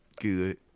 Good